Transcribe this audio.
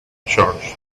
george